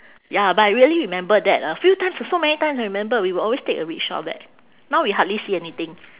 ya but I really remember that a few times so so many times I remember we will always take a rickshaw back now we hardly see anything